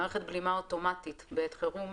מערכת בלימה אוטומטית בעת חירום,